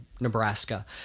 Nebraska